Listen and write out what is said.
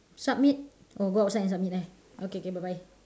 submit oh go outside and submit ah okay okay bye bye